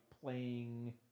playing